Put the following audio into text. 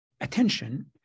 attention